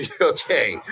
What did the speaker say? Okay